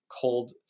cold